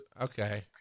Okay